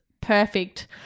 perfect